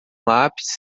lápis